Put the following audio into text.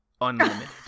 unlimited